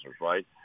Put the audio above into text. right